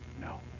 No